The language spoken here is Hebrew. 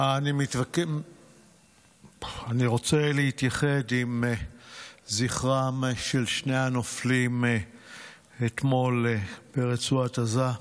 אני רוצה להתייחד עם זכרם של שני הנופלים מאתמול ברצועת עזה.